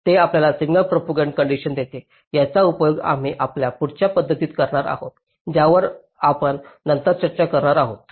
हे आपल्याला सिग्नल प्रोपागंटासाठी कंडिशन देते याचा उपयोग आम्ही आपल्या पुढच्या पध्दतीत करणार आहोत ज्यावर आपण नंतर चर्चा करणार आहोत